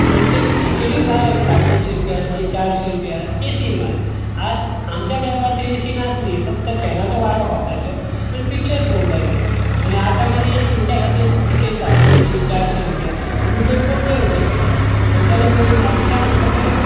आनी तितूंत टिकेटी म्हारग साडेतिनशी रुपया चारशें रुपया ए सी मात आमच्या टायमार ए सी नासली फक्त फेनाचो वारो खावपाचो आनी पिक्चर पळोवपाचें आनी आतां कितें ए सी त्या खातीर तिकेट साडेतिनशी चारशीं रुपया आनी मुद्दम पणजे वयचे पडटा आनी तेन्ना पयली म्हापश्यां आमकां बरें